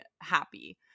happy